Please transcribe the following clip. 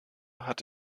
hat